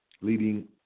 Leading